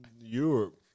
Europe